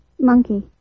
monkey